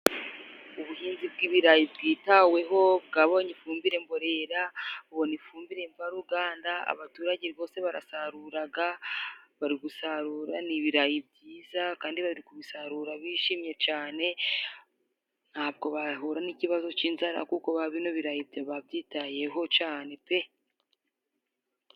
Ubuhinzi bw'ibirayi bwitaweho bwabonye ifumbire mborera, bubona ifumbire mvaruganda, abaturage bose barasaruraga, bari gusarura. Ni ibirayi byiza kandi bari kubisarura bishimye cane ntabwo bahura n'ikibazo c'inzara, kuko bino birayi babyitayeho cane pe.